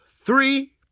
three